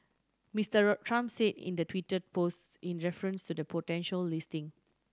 Mister Trump say in the Twitter post in reference to the potential listing